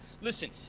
Listen